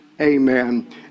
amen